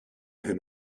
him